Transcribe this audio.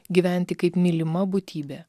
gyventi kaip mylima būtybė